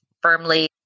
firmly